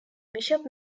bishop